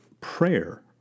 prayer